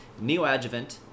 neoadjuvant